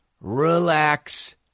relax